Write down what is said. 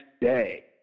day